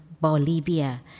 Bolivia